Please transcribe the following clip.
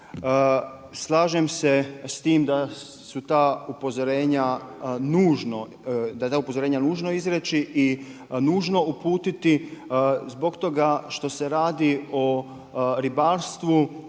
nužno, da ta upozorenja je nužno izreći i nužno uputiti zbog toga što se radi o ribarstvu